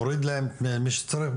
מוריד להם את מי שצריך,